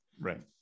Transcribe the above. right